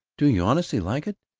do you honestly like it?